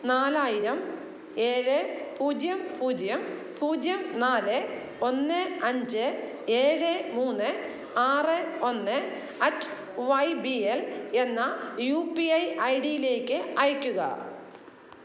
നാലായിരം ഏഴ് പൂജ്യം പൂജ്യം പൂജ്യം നാല് ഒന്ന് അഞ്ച് ഏഴ് മൂന്ന് ആറ് ഒന്ന് അറ്റ് വൈ ബി എൽ എന്ന യു പി ഐ ഐ ഡിയിലേക്ക് അയയ്ക്കുക